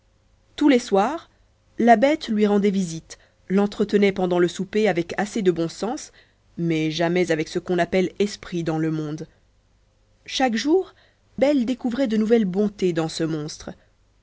tous les soirs la bête lui rendait visite l'entretenait pendant le souper avec assez de bon sens mais jamais avec ce qu'on appelle esprit dans le monde chaque jour belle découvrait de nouvelles bontés dans ce monstre